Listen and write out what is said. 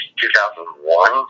2001